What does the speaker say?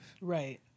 Right